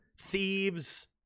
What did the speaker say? thieves